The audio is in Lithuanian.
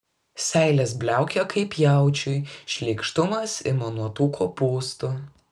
seilės bliaukia kaip jaučiui šleikštumas ima nuo tų kopūstų